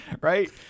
right